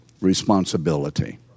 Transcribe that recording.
responsibility